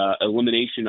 elimination